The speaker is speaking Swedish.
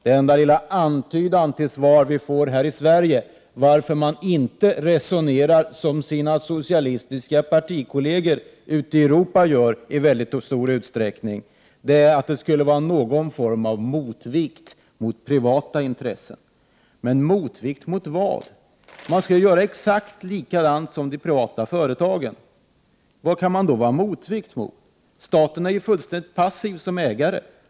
Den enda lilla antydan till svar som vi får på frågan varför man här i Sverige inte resonerar på det sätt som de socialistiska partikollegerna i så stor utsträckning ute i Europa är att ett statligt företagsägande skulle vara någon form av motvikt mot privata intressen. Men motvikt mot vad? Om man skall göra exakt likadant som de privata företagen, vad skall man då vara motvikt mot? Staten är ju fullständigt passiv som ägare.